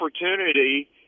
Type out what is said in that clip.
opportunity